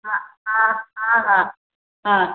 हा हा हा हा हा